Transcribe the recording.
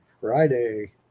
Friday